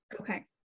okay